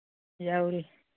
ꯌꯥꯎꯔꯤ